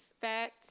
fact